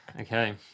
Okay